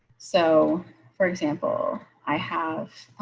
so for example, i have,